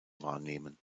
wahrnehmen